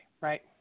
right